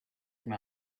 from